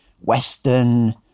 Western